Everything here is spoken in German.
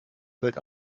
fällt